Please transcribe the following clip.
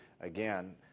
again